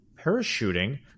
parachuting